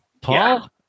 Paul